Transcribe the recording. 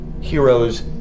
heroes